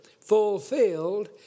fulfilled